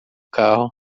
carro